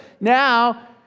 Now